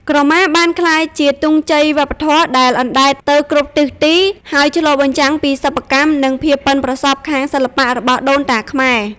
ក្រមាបានក្លាយជា ទង់ជ័យវប្បធម៌ ដែលអណ្តែតទៅគ្រប់ទិសទី ហើយឆ្លុះបញ្ចាំងពីសិប្បកម្ម និងភាពប៉ិនប្រសប់ខាងសិល្បៈរបស់ដូនតាខ្មែរ។